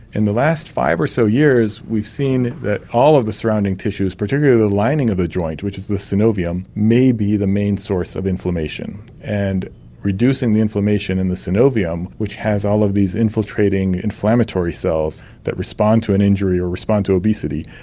in the last five or so years we have seen that all of the surrounding tissues, particularly the lining of the joint, which is the synovium, may be the main source of inflammation. and reducing the inflammation in the synovium which has all of these infiltrating inflammatory cells that response to an injury or response to obesity,